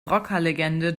rockerlegende